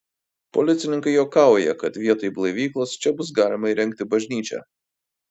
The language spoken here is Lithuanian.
policininkai juokauja kad vietoj blaivyklos čia bus galima įrengti bažnyčią